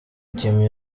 team